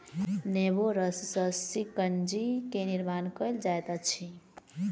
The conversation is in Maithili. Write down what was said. नेबो रस सॅ शिकंजी के निर्माण कयल जाइत अछि